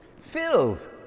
filled